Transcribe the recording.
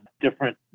different